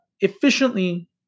efficiently